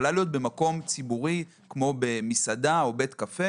יכולה להיות במקום ציבורי כמו מסעדה או בית קפה